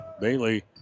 Bailey